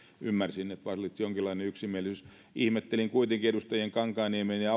ymmärsin että vallitsi jonkinlainen yksimielisyys ihmettelin kuitenkin edustajien kankaanniemi ja